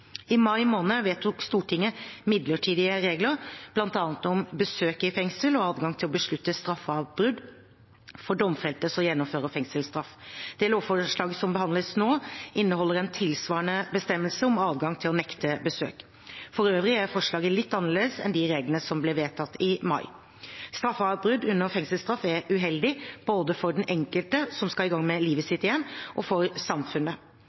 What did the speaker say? I mai måned vedtok Stortinget midlertidige regler, bl.a. om besøk i fengsel og adgang til å beslutte straffeavbrudd for domfelte som gjennomfører fengselsstraff. Det lovforslaget som behandles nå, inneholder en tilsvarende bestemmelse om adgang til å nekte besøk. For øvrig er forslaget litt annerledes enn de reglene som ble vedtatt i mai. Straffeavbrudd under fengselsstraff er uheldig, både for den enkelte – som skal i gang med livet sitt igjen – og for samfunnet.